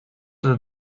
the